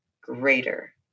greater